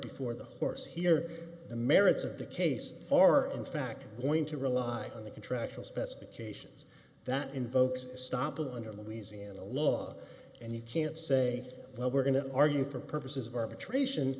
before the horse here the merits of the case our own fact we're going to rely on the contractual specifications that invokes stop on your louisiana law and you can't say well we're going to argue for purposes of arbitration